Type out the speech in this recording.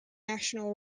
national